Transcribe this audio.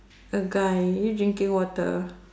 a guy you keep drinking water